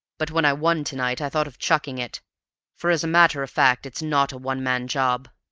but when i won to-night i thought of chucking it for, as a matter of fact, it's not a one-man job.